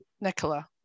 Nicola